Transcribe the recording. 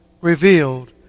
revealed